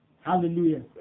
Hallelujah